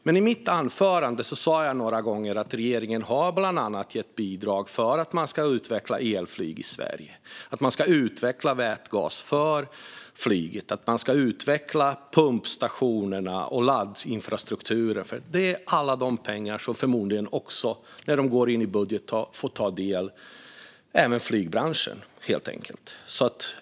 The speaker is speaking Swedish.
I mitt anförande sa jag några gånger att regeringen har gett bidrag bland annat till utveckling av elflyg i Sverige, till utveckling av vätgas för flyget och till utveckling av pumpstationer och av laddinfrastrukturen. När dessa pengar går in i budgeten får förmodligen även flygbranschen ta del av dem.